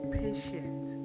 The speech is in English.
patient